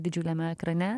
didžiuliame ekrane